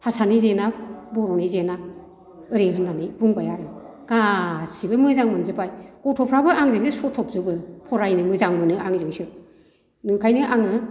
हारसानि जेना बर'नि जेना ओरै होननानै बुंबाय आरो गासिबो मोजां मोनजोबबाय गथ'फ्राबो आंजोंसो सथबजोबो फरायनो मोजां मोनो आंजोंसो ओंखायनो आङो